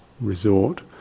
resort